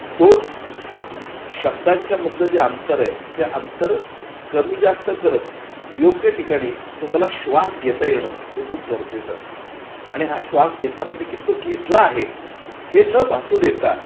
दोन शब्दांच्या मधलं जे अंतर आहे ते अंतर कमी जास्त करत योग्य ठिकाणी तुम्हाला श्वास घेता येणं हे खूप गरजेचं असत आणि हा श्वास घेताना देखील तो घेतला आहे हे न भासू देता